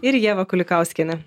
ir ieva kulikauskiene